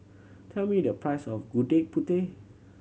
tell me the price of Gudeg Putih